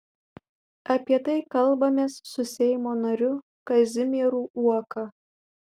apie tai kalbamės su seimo nariu kazimieru uoka